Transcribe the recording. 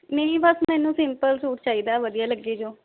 ਨਹੀਂ ਬਸ ਮੈਨੂੰ ਸਿੰਪਲ ਸੂਟ ਚਾਹੀਦਾ ਵਧੀਆ ਲੱਗੇ ਜੋ